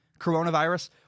coronavirus